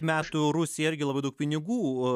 metų rusija irgi labai daug pinigų